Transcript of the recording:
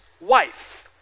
wife